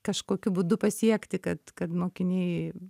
kažkokiu būdu pasiekti kad kad mokiniai